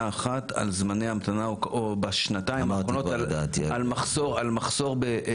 אחת על זמני המתנה או בשנתיים האחרונות על מחסור במנתחים.